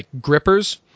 grippers